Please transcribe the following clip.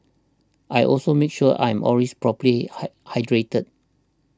I also make sure I'm always properly high hydrated